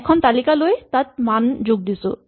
এখন তালিকা লৈ তাত মান যোগ দিছো